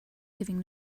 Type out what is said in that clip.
giving